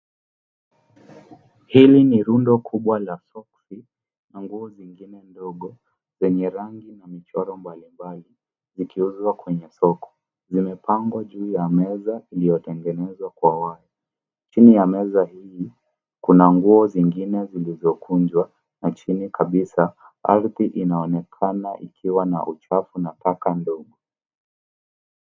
Hili ni rundo kubwa la soksi na nguo zingine ndogo zenye rangi na michoro mbalimbali zikiuzwa kwenye soko. Zimepangwa juu ya meza iliyotengenezwa kwa waya. Chini ya meza hii kuna nguo zingine zilizokunjwa na chini kabisa, ardhi inaonekana ikiwa na uchafu na paka mdogo.